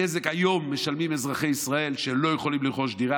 את הנזק משלמים היום אזרחי ישראל שלא יכולים לרכוש דירה,